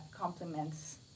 complements